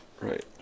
Right